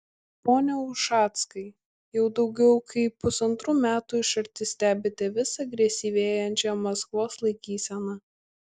pone ušackai jau daugiau kaip pusantrų metų iš arti stebite vis agresyvėjančią maskvos laikyseną